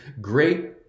great